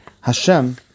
Hashem